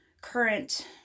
current